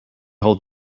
hold